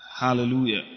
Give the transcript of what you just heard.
Hallelujah